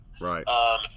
right